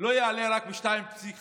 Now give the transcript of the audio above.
לא יעלה רק ב-2.5%,